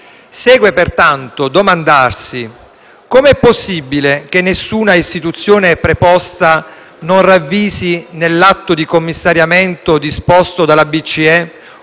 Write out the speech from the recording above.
Segue pertanto domandarsi: come è possibile che nessuna istituzione preposta non ravvisi nell'atto di commissariamento disposto dalla BCE